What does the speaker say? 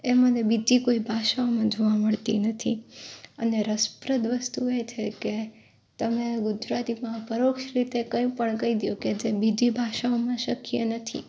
એ મને બીજી કોઈ ભાષામાં જોવા મળતી નથી અને રસપ્રદ વસ્તુ એ છે કે તમે ગુજરાતીમાં પરોક્ષ રીતે કઈ પણ દ્યો કે જે બીજી ભાષાઓમાં શક્ય નથી